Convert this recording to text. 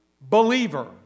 believer